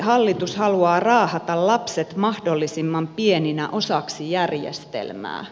hallitus haluaa raahata lapset mahdollisimman pieninä osaksi järjestelmää